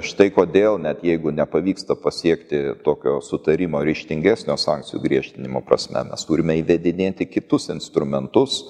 štai kodėl net jeigu nepavyksta pasiekti tokio sutarimo ryžtingesnio sankcijų griežtinimo prasme mes turime įvedinėti kitus instrumentus